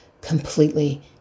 completely